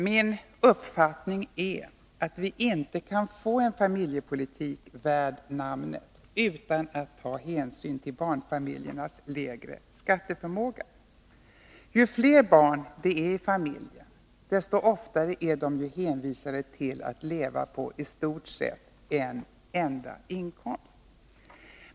Min uppfattning är att vi inte kan få en familjepolitik värd namnet utan att ta hänsyn till barnfamiljernas lägre skatteförmåga. Ju fler barn det är i familjerna, desto oftare är de hänvisade till att leva på i stort sett en enda inkomst.